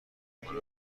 میکنن